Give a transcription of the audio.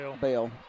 Bell